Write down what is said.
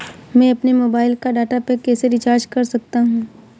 मैं अपने मोबाइल का डाटा पैक कैसे रीचार्ज कर सकता हूँ?